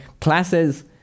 classes